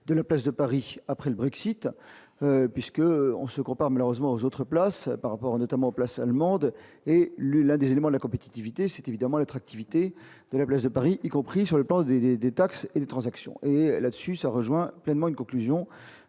de la place de Paris, après le Brexit puisque on se compare malheureusement aux autres places par rapport, notamment place allemande et le la des éléments, la compétitivité, c'est évidemment l'attractivité de la place de Paris, y compris sur le plan des, des, des taxes et des transactions et là-dessus, ça rejoint pleinement une conclusion